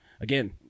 again